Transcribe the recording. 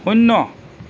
শূন্য